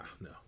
no